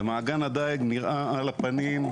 ומעגן הדייג נראה על הפנים.